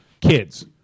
kids